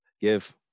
give